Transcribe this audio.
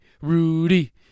Rudy